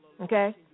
Okay